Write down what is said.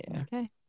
Okay